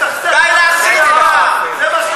לסכסך, די להסית כבר.